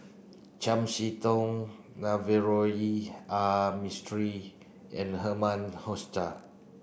Chiam See Tong Navroji R Mistri and Herman Hochstadt